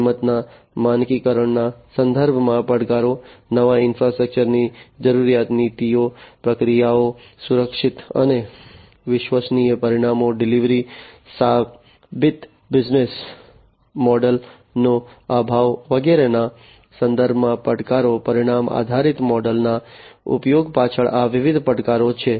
કિંમતના માનકીકરણના સંદર્ભમાં પડકારો નવા ઈન્ફ્રાસ્ટ્રક્ચરની જરૂરિયાત નીતિઓ પ્રક્રિયાઓ સુરક્ષિત અને વિશ્વસનીય પરિણામ ડિલિવરી સાબિત બિઝનેસ મોડલનો અભાવ વગેરેના સંદર્ભમાં પડકારો પરિણામ આધારિત મોડલના ઉપયોગ પાછળ આ વિવિધ પડકારો છે